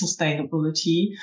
sustainability